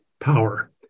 power